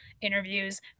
interviews